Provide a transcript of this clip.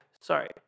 Sorry